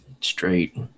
straight